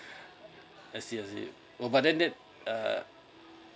I see I see oh but then that err